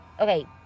okay